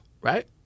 right